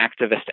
activist